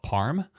Parm